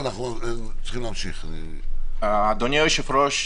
אדוני היושב-ראש,